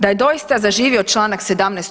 Da je doista zaživio čl. 17.